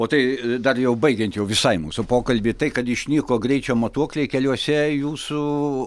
o tai dar jau baigiant jau visai mūsų pokalbį tai kad išnyko greičio matuokliai keliuose jūsų